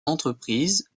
entreprises